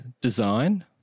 Design